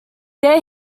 there